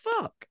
fuck